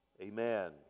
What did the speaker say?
Amen